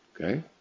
Okay